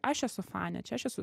aš esu fanė čia aš esu